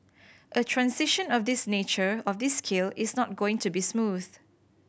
a transition of this nature of this scale is not going to be smooth